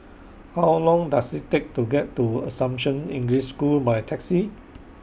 How Long Does IT Take to get to Assumption English School By Taxi